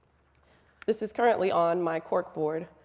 this is currently on my cork board.